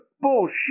bullshit